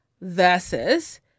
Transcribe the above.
versus